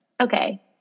Okay